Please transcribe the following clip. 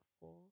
four